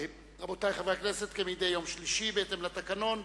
רבותי חברי הכנסת, כמדי יום שלישי, בהתאם לתקנון,